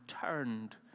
turned